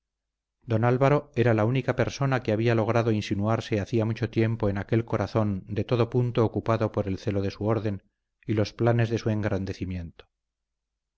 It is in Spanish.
don álvaro era la única persona que había logrado insinuarse hacía mucho tiempo en aquel corazón de todo punto ocupado por el celo de su orden y los planes de su engrandecimiento